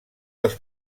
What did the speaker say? dels